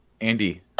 Andy